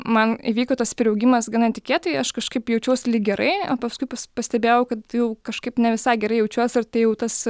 man įvyko tas priaugimas gana netikėtai aš kažkaip jaučiuos lyg gerai o paskui pastebėjau kad jau kažkaip ne visai gerai jaučiuos ir tai jau tas